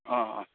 अँ